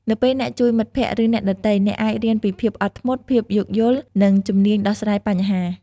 នៅពេលអ្នកជួយមិត្តភក្ដិ ឬអ្នកដទៃ អ្នកអាចរៀនពីភាពអត់ធ្មត់ ភាពយោគយល់ និងជំនាញដោះស្រាយបញ្ហា។